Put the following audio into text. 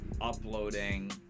uploading